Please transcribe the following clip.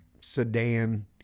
sedan